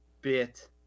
bit